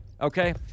Okay